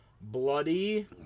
bloody